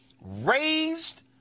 raised